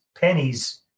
pennies